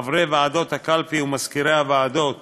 חברי ועדות הקלפי ומזכירי הוועדות